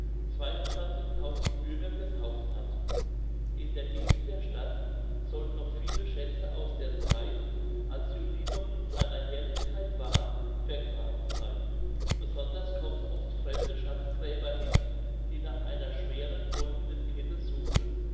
bürger getauft hat in der gegend der stadt sollen noch viele schätze aus der zeit als julin noch in seiner herrlichkeit war vergraben sein besonders kommen oft fremde schatzgräber hin die nach einer schweren goldnen kette suchen